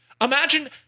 Imagine